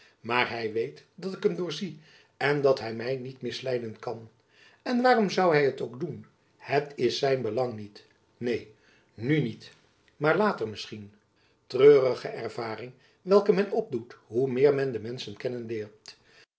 maar hy weet dat ik hem doorzie en dat hy my niet misleiden kan en waarom zoû hy het ook doen het is zijn belang niet neen nu niet maar later misschien treurige ervaring welke men opdoet hoe meer men de menschen kennen leert